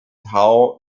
how